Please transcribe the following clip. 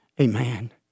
Amen